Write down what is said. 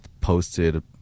posted